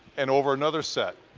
and over another set.